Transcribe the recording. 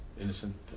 innocent